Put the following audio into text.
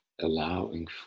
allowing